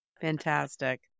Fantastic